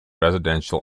residential